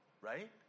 right